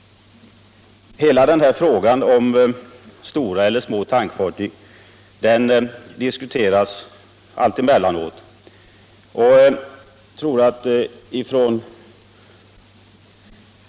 Frågan om stora eller små tankfartyg diskuteras allt emellanåt.